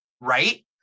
right